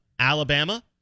Alabama